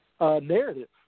narrative